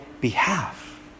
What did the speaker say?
behalf